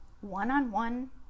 one-on-one